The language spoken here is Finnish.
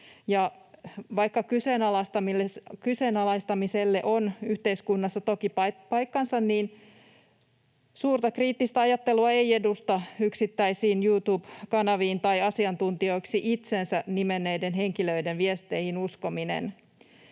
Vaikka kyseenalaistamiselle on yhteiskunnassa toki paikkansa, suurta kriittistä ajattelua ei edusta yksittäisiin YouTube-kanaviin tai asiantuntijoiksi itsensä nimenneiden henkilöiden viesteihin uskominen.